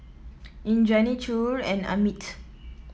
Indranee Choor and Amit